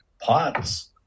Pots